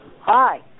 hi